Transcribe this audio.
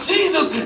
Jesus